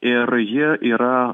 ir jie yra